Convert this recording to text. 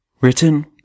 Written